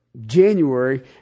January